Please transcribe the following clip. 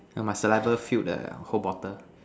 my saliva filled a whole bottle